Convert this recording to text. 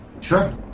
Sure